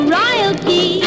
royalty